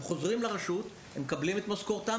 הם חוזרים לרשות ומקבלים את משכורתם